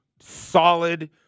solid